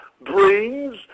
brings